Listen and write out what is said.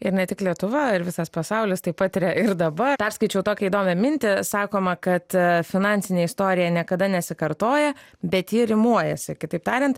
ir ne tik lietuva ir visas pasaulis tai patiria ir dabar perskaičiau tokią įdomią mintį sakoma kad finansinė istorija niekada nesikartoja bet ji rimuojasi kitaip tariant